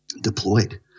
deployed